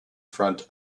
front